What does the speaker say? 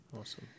Awesome